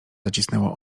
zacisnęło